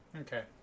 Okay